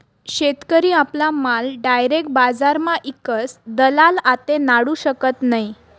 शेतकरी आपला माल डायरेक बजारमा ईकस दलाल आते नाडू शकत नै